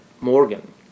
Morgan